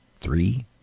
three